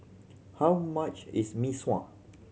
how much is Mee Sua